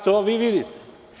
To vi vidite.